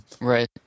Right